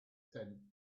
tenth